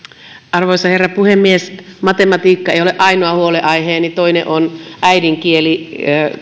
arvoisa herra puhemies matematiikka ei ole ainoa huolenaiheeni toinen on äidinkieli